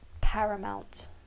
paramount